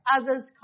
others